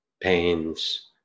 pains